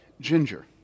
Ginger